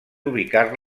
ubicar